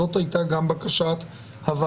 זאת הייתה גם בקשה הוועדה.